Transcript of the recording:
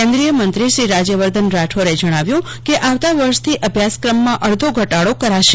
કેન્દ્રિયમંત્રી શ્રી રાજયવર્ધન રાઠોરે જજ્ઞાવ્યું કે આવતા વર્ષથી અભ્યાસક્રમમાં અડધો ઘટાડો કરાશે